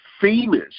famous